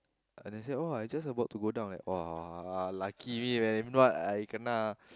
and then said oh I just about to go down lucky me man what I kena